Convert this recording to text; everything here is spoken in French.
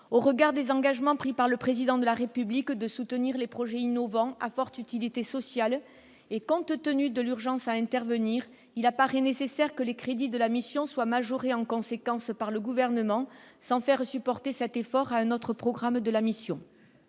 Au regard des engagements pris par le Président de la République de soutenir les projets innovants à forte utilité sociale et compte tenu de l'urgence à intervenir, il apparaît nécessaire que les crédits de la mission soient majorés en conséquence par le Gouvernement, sans faire supporter cet effort à un autre programme de la mission.